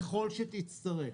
ככל שתצטרך,